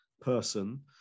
person